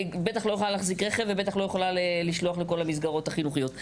יכולה להחזיק רכב ובטח לא יכולה לשלוח לכל המסגרות החינוכיות.